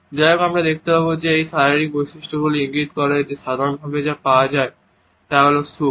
যাইহোক আমরা দেখতে পাব যে এই শারীরিক বৈশিষ্ট্যগুলি ইঙ্গিত করে যে সাধারণভাবে যা বোঝা যায় তা হল সুখ